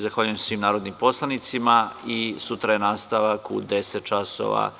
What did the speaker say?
Zahvaljujem se svim narodnim poslanicima i nastavak je sutra u 10.00 časova.